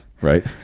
right